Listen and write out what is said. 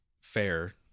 fair